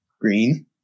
Green